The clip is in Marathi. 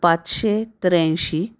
पाचशे त्र्याऐंशी